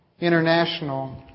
International